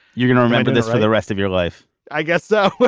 you're gonna remember this for the rest of your life, i guess so